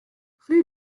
rue